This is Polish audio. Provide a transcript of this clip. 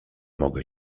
mogę